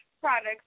products